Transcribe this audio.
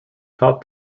top